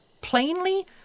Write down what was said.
plainly